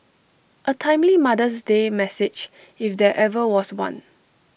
A timely mother's day message if there ever was one